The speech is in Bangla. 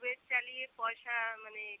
উবের চালিয়ে পয়সা মানে